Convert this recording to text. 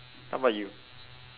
how about you